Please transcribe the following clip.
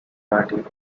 party